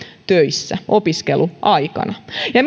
töissä opiskeluaikana ja